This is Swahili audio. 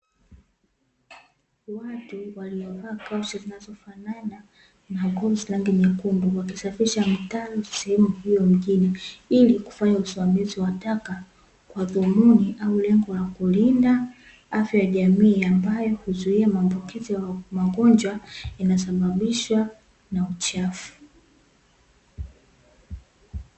Watu waliovaa kaushi zinazofanana na glovus za rangi nyekundu, wakisafisha mtaro sehemu ya mjini ili kufanya usimamizi wa taka kwa dhumuni au lengo la kulinda afya ya jamii, ambayo huzuia maambukizi ya magonjwa yanaosababishwa na uchafu.